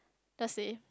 just say